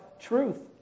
truth